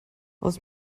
aus